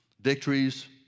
victories